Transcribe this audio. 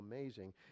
amazing